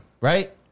Right